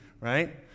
right